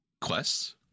quests